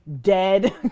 dead